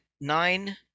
nine